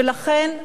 ולכן,